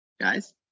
guys